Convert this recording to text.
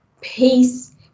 peace